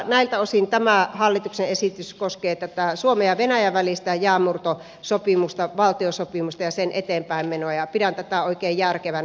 näiltä osin tämä hallituksen esitys koskee tätä suomen ja venäjän välistä jäänmurtosopimusta valtiosopimusta ja sen eteenpäin menoa ja pidän tätä oikein järkevänä